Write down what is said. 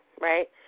right